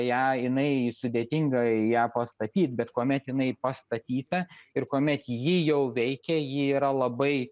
ją jinai sudėtinga ją pastatyti bet kuomet jinai pastatyta ir kuomet ji jau veikia ji yra labai